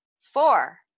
Four